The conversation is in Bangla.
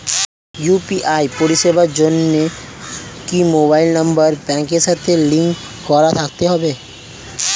ইউ.পি.আই পরিষেবার জন্য কি মোবাইল নাম্বার ব্যাংকের সাথে লিংক করা থাকতে হবে?